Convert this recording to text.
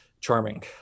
charming